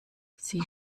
sie